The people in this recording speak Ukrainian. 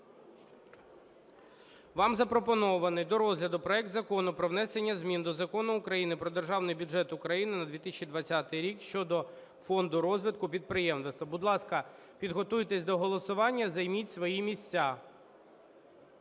Вам запропонований до розгляду проект Закону про внесення змін до Закону України "Про Державний бюджет України на 2020 рік" щодо Фонду розвитку підприємництва. Будь ласка, підготуйтесь до голосування, займіть свої місця.